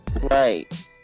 Right